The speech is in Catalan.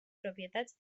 propietats